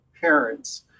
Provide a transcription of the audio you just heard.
parents